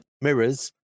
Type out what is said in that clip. mirrors